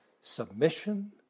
submission